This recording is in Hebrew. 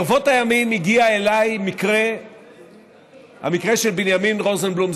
ברבות הימים הגיע אליי המקרה של בנימין רוזנבלום,